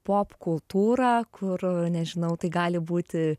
popkultūrą kur nežinau tai gali būti